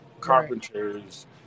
carpenters